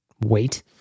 wait